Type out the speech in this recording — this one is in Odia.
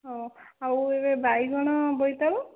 ହଉ ଆଉ ଏବେ ବାଇଗଣ ବୋଇତାଳୁ